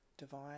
divine